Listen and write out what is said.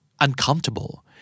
uncomfortable